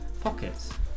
pockets